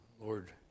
Lord